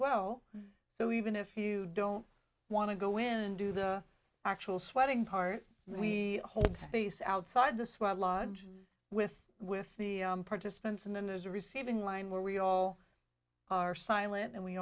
well so even if you don't want to go in and do the actual sweating part we hold space outside the sweat lodge with with the participants and then there's a receiving line where we all are silent and we